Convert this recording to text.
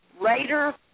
Raider